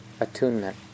attunement